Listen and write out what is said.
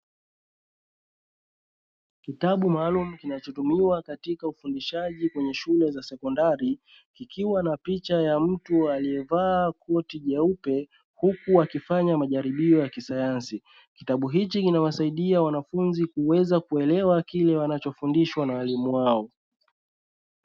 Kitabu maalumu kinachotumiwa katika ufundishaji kwenye shule za sekondari kikiwa na picha ya mtu aliyevaa koti jeupe, huku wakifanya majaribio ya kisayansi kitabu hiki kinawasaidia wanafunzi kuweza kuelewa kile wanachofundishwa na walimu wao.